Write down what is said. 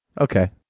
Okay